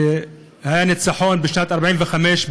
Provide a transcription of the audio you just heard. שהיה יום הניצחון בשנת 1945,